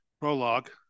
prologue